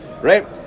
right